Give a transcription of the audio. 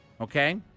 okay